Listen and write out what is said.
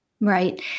Right